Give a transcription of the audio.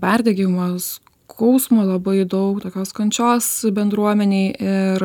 perdegimą skausmą labai daug tokios kančios bendruomenėj ir